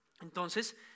Entonces